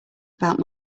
about